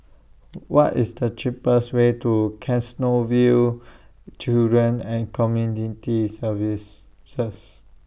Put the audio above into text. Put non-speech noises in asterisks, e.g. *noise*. What IS The cheapest Way to Canossaville Children and Community Service *unintelligible*